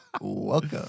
Welcome